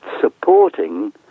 supporting